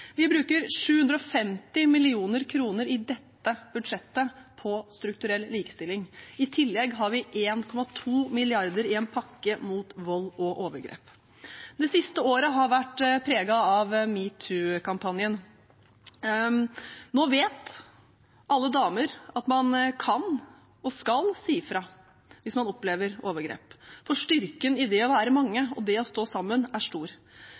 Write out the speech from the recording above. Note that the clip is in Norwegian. Vi bruker 750 mill. kr i dette budsjettet på strukturell likestilling. I tillegg har vi 1,2 mrd. kr i en pakke mot vold og overgrep. Det siste året har vært preget av metoo-kampanjen. Nå vet alle damer at man kan og skal si fra hvis man opplever overgrep, for styrken i det å være mange og det å stå sammen er stor.